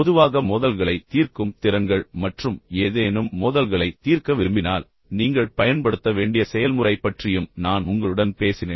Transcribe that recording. பொதுவாக மோதல்களைத் தீர்க்கும் திறன்கள் மற்றும் ஏதேனும் மோதல்களைத் தீர்க்க விரும்பினால் நீங்கள் பயன்படுத்த வேண்டிய செயல்முறை பற்றியும் நான் உங்களுடன் பேசினேன்